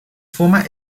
format